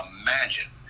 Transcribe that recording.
imagine